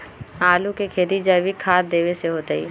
आलु के खेती जैविक खाध देवे से होतई?